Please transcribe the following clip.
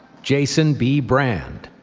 jason b. brand,